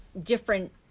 different